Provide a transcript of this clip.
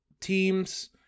teams